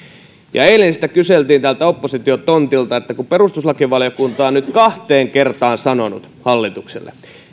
eilen kyseltiin täältä opposition tontilta siitä kun perustuslakivaliokunta on nyt kahteen kertaan sanonut hallitukselle